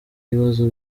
ibibazo